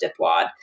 Dipwad